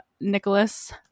nicholas